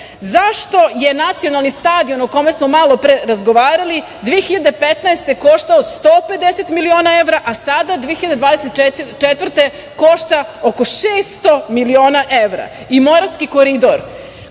evra? Zašto je nacionalni stadion o kome smo malopre razgovarali 2015. godine koštao 150 miliona evra, a sada 2024. godine košta oko 600 miliona evra? I Moravski koridor